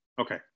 okay